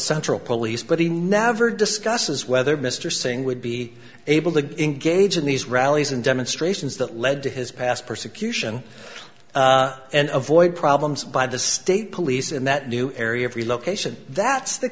central police but he never discusses whether mr singh would be able to engage in these rallies and demonstrations that led to his past persecution and avoid problems by the state police and that new area of relocation that's the